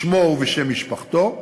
בשמו ובשם משפחתו,